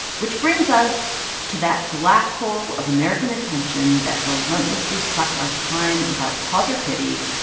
which brings us to that black hole of american attention that relentlessly sucks our time without pause or pity,